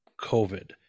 COVID